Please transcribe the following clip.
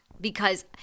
because-